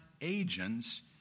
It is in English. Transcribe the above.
Agents